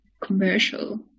commercial